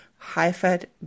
high-fat